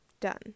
Done